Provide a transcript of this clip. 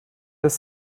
des